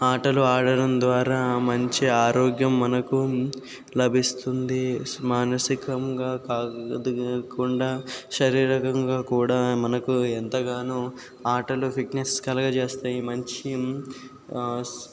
ఆటలు ఆడడం ద్వారా మంచి ఆరోగ్యం మనకు లభిస్తుంది మానసికంగా కాదు కాకుండా శారీరకంగా కూడా మనకు ఎంతగానో ఆటల ఫిట్నెస్ కలుగజేస్తాయి మంచి